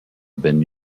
been